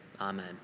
amen